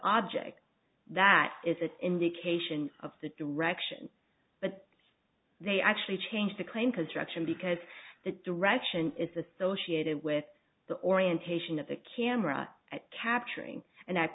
object that is an indication of the direction but they actually change the claim construction because the direction is associated with the orientation of the camera capturing and